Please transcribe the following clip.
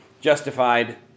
Justified